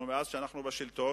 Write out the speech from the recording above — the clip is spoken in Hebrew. ויש תוצאות.